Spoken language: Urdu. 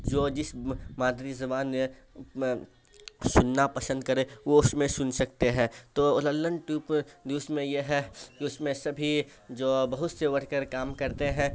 جو جس مادری زبان میں سننا پسند کرے وہ اس میں سن سکتے ہیں تو للن ٹیوپ نیوس میں یہ ہے کہ اس میں سبھی جو بہت سے ورکر کام کرتے ہیں